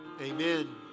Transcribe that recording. Amen